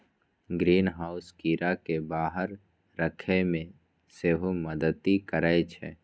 greenhouse कीड़ा कें बाहर राखै मे सेहो मदति करै छै